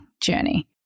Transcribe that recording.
journey